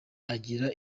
agira